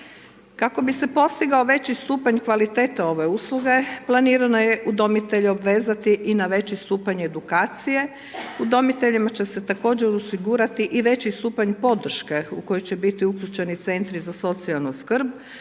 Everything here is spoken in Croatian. Kako bi se postigao veći stupanj kvalitete ove usluge planirano je udomitelje obvezati i na veći stupanj edukacije. Udomiteljima će se također osigurati i veći stupanj podrške u koji će biti uključeni centri za socijalnu skrb,